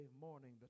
morning